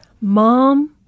Mom